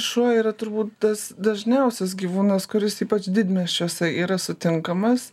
šuo yra turbūt tas dažniausias gyvūnas kuris ypač didmiesčiuose yra sutinkamas